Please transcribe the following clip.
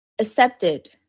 accepted